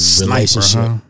Relationship